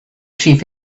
chief